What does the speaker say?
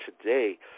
today